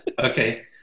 Okay